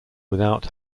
without